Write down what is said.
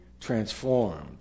transformed